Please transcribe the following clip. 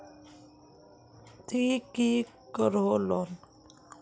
ती की करोहो लोन?